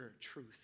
truth